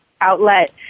outlet